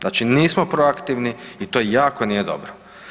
Znači nismo proaktivni i to jako nije dobro.